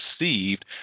received